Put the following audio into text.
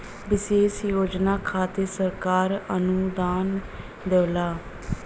विशेष योजना खातिर सरकार अनुदान देवला